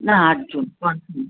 না আট জন কনফার্ম